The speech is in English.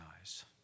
eyes